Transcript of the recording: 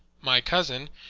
my cousin,